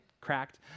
cracked